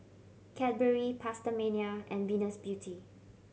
Cadbury PastaMania and Venus Beauty